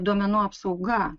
duomenų apsauga